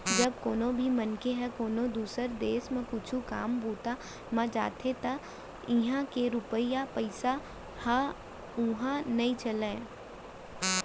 जब कोनो भी मनसे ह कोनो दुसर देस म कुछु काम बूता म जाथे त इहां के रूपिया पइसा ह उहां नइ चलय